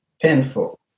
painful